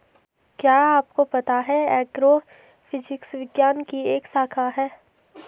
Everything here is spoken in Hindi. क्या आपको पता है एग्रोफिजिक्स विज्ञान की एक शाखा है?